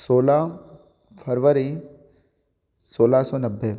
सोलह फरवरी सोलह सौ नब्बे